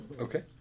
Okay